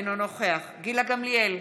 אינו נוכח גילה גמליאל,